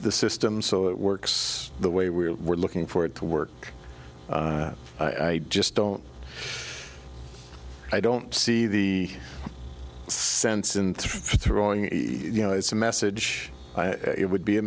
the system so it works the way we were looking for it to work i just don't i don't see the sense in throwing a you know it's a message it would be a